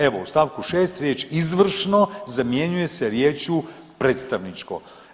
Evo u st. 6. riječ izvršno zamjenjuje se riječju predstavničko.